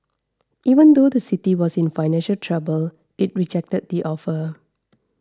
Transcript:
even though the city was in financial trouble it rejected the offer